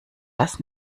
das